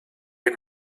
had